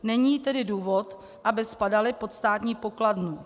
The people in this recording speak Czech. Není tedy důvod, aby spadaly pod státní pokladnu.